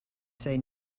say